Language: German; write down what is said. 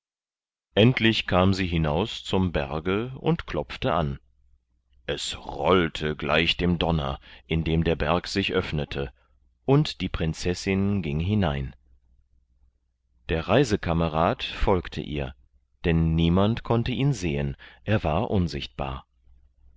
endlich kam sie hinaus zum berge und klopfte an es rollte gleich dem donner indem der berg sich öffnete und die prinzessin ging hinein der reisekamerad folgte ihr denn niemand konnte ihn sehen er war unsichtbar